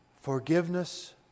forgiveness